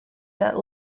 that